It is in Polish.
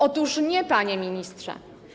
Otóż nie, panie ministrze.